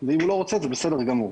ואם הוא לא רוצה זה בסדר גמור.